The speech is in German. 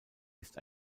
ist